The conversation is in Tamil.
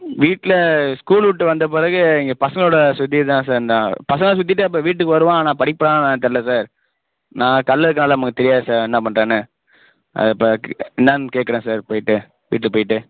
வீட்டில் ஸ்கூல் விட்டு வந்த பிறகு இங்கே பசங்களோடு சுற்றிட்டு தான் சார் இருந்தான் பசங்களோடு சுற்றிட்டு அப்புறம் வீட்டுக்கு வருவான் ஆனால் படிப்பானா என்னென்னு தெரியல சார் நான் கடையில் இருக்கனாலே நமக்கு தெரியாது சார் என்ன பண்ணுறான்னு இப்போ கு என்னென்னு கேட்குறேன் சார் போயிட்டு வீட்டுக்குப் போயிட்டு